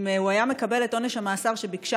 אם הוא היה מקבל את עונש המאסר שביקשה